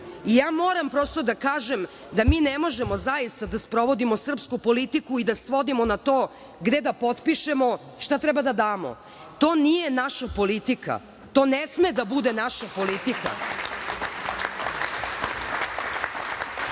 moram prosto da kažem da mi ne možemo zaista da sprovodimo srpsku politiku i da svodimo na to gde da potpišemo šta treba da damo. To nije naša politika. To ne sme da bude naša politika. Rudna